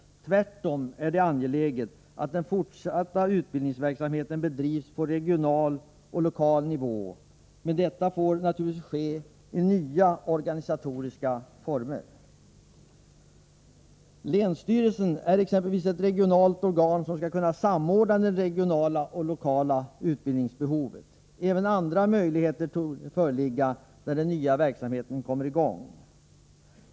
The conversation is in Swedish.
Tvärtom är det angeläget att den fortsatta utbildningsverksamheten bedrivs på både regional och lokal nivå. Men detta får naturligtvis ske i nya organisatoriska former. Länsstyrelsen är exempelvis ett regionalt organ som kan samordna de regionala och lokala utbildningsbehoven. Även andra möjligheter torde föreligga när den nya verksamheten kommer i gång.